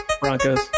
Broncos